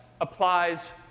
applies